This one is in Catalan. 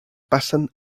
passen